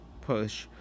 push